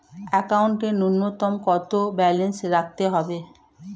একাউন্টে নূন্যতম কত ব্যালেন্স রাখতে হবে?